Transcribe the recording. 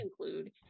include